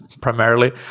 primarily